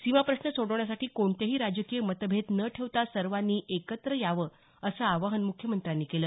सीमाप्रश्न सोडवण्यासाठी कोणतेही राजकीय मतभेद न ठेवता सर्वांनी एकत्र यावं असं आवाहन मुख्यमंत्र्यांनी केलं